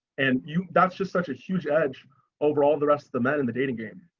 and you that's just such a huge edge over all the rest of the men in the dating game.